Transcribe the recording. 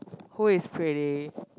who is pretty